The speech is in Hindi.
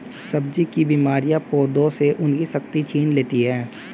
सब्जी की बीमारियां पौधों से उनकी शक्ति छीन लेती हैं